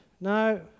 no